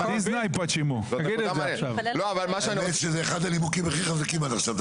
האמת שזה אחד הנימוקים הכי חזקים עד עכשיו.